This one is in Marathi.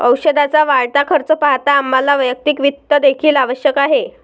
औषधाचा वाढता खर्च पाहता आम्हाला वैयक्तिक वित्त देखील आवश्यक आहे